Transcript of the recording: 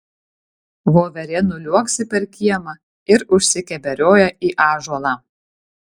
voverė nuliuoksi per kiemą ir užsikeberioja į ąžuolą